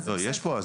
אז בסדר.